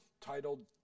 titled